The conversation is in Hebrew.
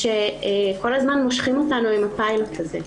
שכל הזמן מושכים אותנו עם הפיילוט הזה?